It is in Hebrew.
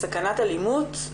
סכנת אלימות,